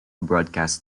broadcast